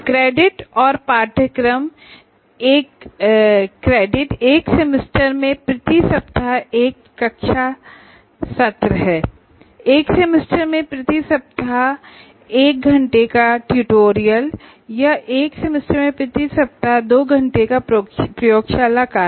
credit और syllabus एक credit एक सेमेस्टर में प्रति सप्ताह एक कक्षा सत्र या एक घंटे का ट्यूटोरियल या दो घंटे का प्रयोगशाला कार्य है